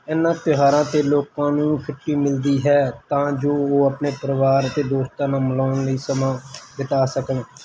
ਇਹਨਾਂ ਤਿਉਹਾਰਾਂ 'ਤੇ ਲੋਕਾਂ ਨੂੰ ਛੁੱਟੀ ਮਿਲਦੀ ਹੈ ਤਾਂ ਜੋ ਉਹ ਆਪਣੇ ਪਰਿਵਾਰ ਅਤੇ ਦੋਸਤਾਂ ਨਾਲ ਮਿਲਾਉਣ ਲਈ ਸਮਾਂ ਬਿਤਾ ਸਕਣ